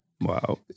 wow